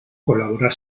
colaborar